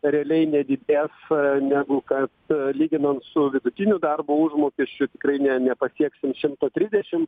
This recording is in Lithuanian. realiai nedidės negu kad lyginant su vidutiniu darbo užmokesčiu tikrai ne nepasieksim šimto trisdešim